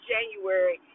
January